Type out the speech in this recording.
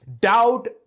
Doubt